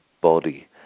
body